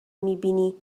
میبینی